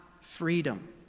freedom